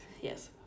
Yes